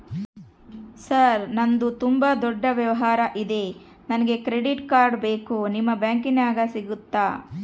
Sir ನಂದು ತುಂಬಾ ದೊಡ್ಡ ವ್ಯವಹಾರ ಇದೆ ನನಗೆ ಕ್ರೆಡಿಟ್ ಕಾರ್ಡ್ ಬೇಕು ನಿಮ್ಮ ಬ್ಯಾಂಕಿನ್ಯಾಗ ಸಿಗುತ್ತಾ?